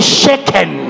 shaken